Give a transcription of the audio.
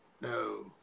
No